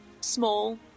Small